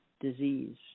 disease